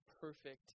perfect